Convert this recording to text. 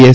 S